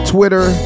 Twitter